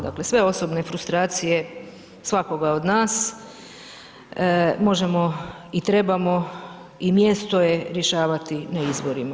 Dakle sve osobne frustracije svakoga od nas možemo, i trebamo i mjesto je rješavati na izborima.